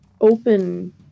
open